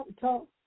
talk